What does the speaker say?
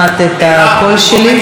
נאום כמו בגדרה,